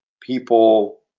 people